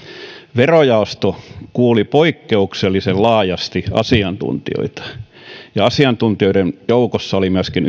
verojaosto kuuli poikkeuksellisen laajasti asiantuntijoita ja asiantuntijoiden joukossa oli myöskin